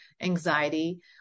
anxiety